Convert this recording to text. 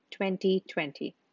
2020